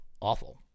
awful